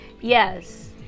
Yes